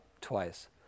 twice